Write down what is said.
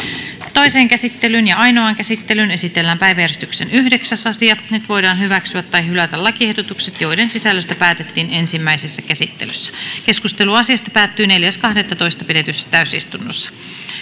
toiseen käsittelyyn ja ainoaan käsittelyyn esitellään päiväjärjestyksen yhdeksäs asia nyt voidaan hyväksyä tai hylätä lakiehdotukset joiden sisällöstä päätettiin ensimmäisessä käsittelyssä keskustelu asiasta päättyi neljäs kahdettatoista kaksituhattaseitsemäntoista pidetyssä täysistunnossa